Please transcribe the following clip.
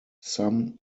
some